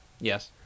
Yes